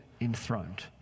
enthroned